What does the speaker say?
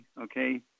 okay